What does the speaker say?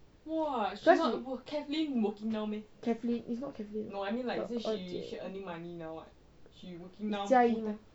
kathlyn is not kathlyn her 二姐 jiayi